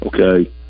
Okay